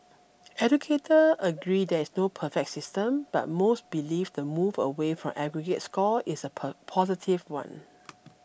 educator agree there is no perfect system but most believe the move away from aggregate scores is a positive one